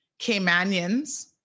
Caymanians